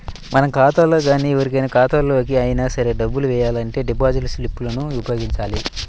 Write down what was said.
మన ఖాతాలో గానీ ఎవరి ఖాతాలోకి అయినా సరే డబ్బులు వెయ్యాలంటే డిపాజిట్ స్లిప్ లను ఉపయోగించాలి